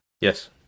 Yes